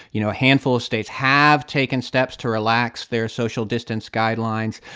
you know, a handful of states have taken steps to relax their social distance guidelines.